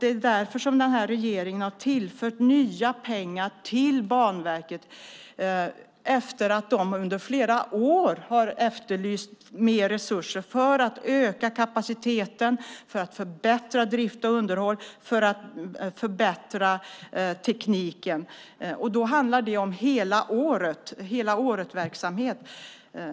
Det är därför som den här regeringen har tillfört nya pengar till Banverket som i flera år har efterlyst mer resurser för att öka kapaciteten, för att förbättra drift och underhåll och för att förbättra tekniken. Då handlar det om verksamhet hela året.